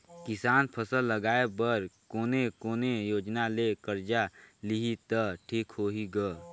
किसान फसल लगाय बर कोने कोने योजना ले कर्जा लिही त ठीक होही ग?